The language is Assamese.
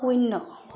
শূন্য